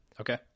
Okay